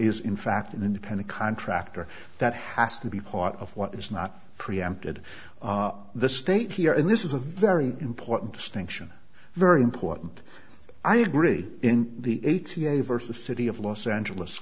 is in fact an independent contractor that has to be part of what is not preempted the state here in this is a very important distinction very important i agree in the a today vs city of los angeles